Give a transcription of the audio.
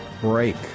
break